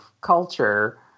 culture